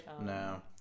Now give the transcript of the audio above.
No